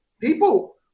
people